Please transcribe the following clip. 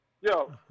Yo